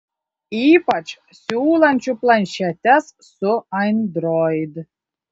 ypač siūlančių planšetes su android